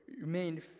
remain